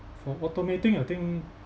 for automating I think